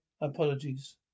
Apologies